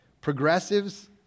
progressives